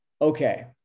Okay